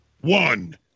one